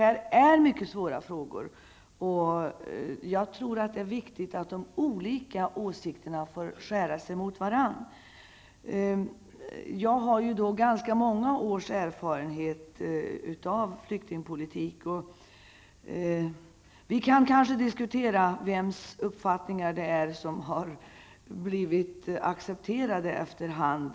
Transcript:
Detta är mycket svåra frågor, och jag tror att det är viktigt att de olika åsikterna får skära sig mot varandra. Jag har ganska många års erfarenhet av flyktingpolitik. Vi kan kanske diskutera vems uppfattningar det är som har blivit accepterade efter hand.